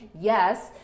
yes